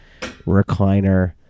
recliner